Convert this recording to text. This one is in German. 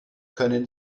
können